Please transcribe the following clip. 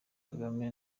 kagame